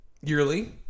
yearly